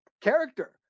character